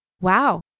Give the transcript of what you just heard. Wow